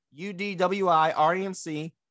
UDWI-REMC